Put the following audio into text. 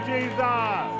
Jesus